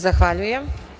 Zahvaljujem.